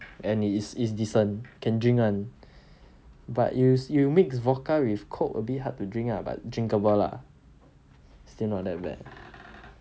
and it is is decent can drink [one] but if you mix vodka with coke a bit hard to drink lah but drinkable lah still not that bad